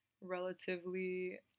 relatively